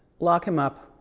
lock him up.